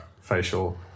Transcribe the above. facial